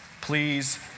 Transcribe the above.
Please